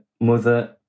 mother